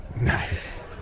Nice